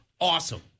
awesome